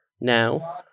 now